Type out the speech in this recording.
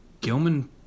Gilman